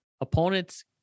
opponent's